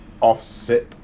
Offset